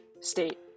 state